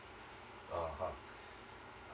(uh huh)